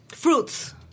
Fruits